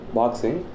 boxing